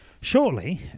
shortly